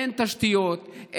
אין תשתיות,